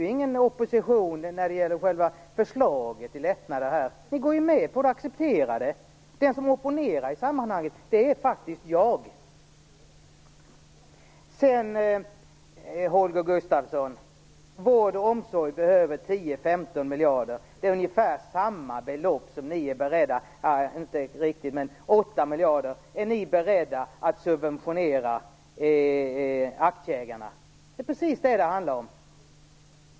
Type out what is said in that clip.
Ni är ingen opposition vad gäller själva förslaget till lättnader. Ni går ju med på det, accepterar det. Den som opponerar i sammanhanget, det är faktiskt jag. Holger Gustafsson! Vård och omsorg behöver 10 15 miljarder. Ni är beredda att subventionera aktieägarna med 8 miljarder. Det är ungefär samma belopp - ja, inte riktigt, men nästan. Det är precis det det handlar om.